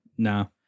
No